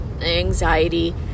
anxiety